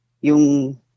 yung